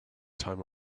time